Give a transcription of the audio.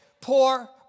poor